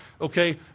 Okay